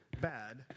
bad